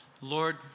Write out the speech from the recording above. Lord